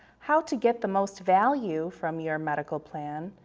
how to get the most value from your medical plan,